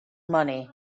money